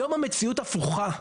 היום המציאות היא הפוכה.